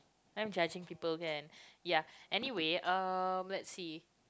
I am judging people again ya anyway um let's see